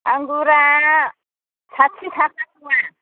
आंगुरा साथि थाखा फ'वा